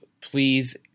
please